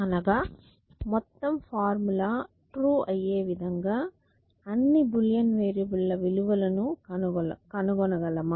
అనగా మొత్తం formula true అయ్యే విధంగా అన్నీ బూలియన్ వేరియబుల్ ల విలువలను కనుగొనగలమా